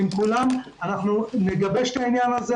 אנחנו נגבש את העניין הזה.